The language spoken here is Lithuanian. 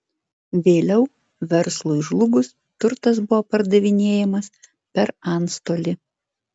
vėliau verslui žlugus turtas buvo pardavinėjamas per antstolį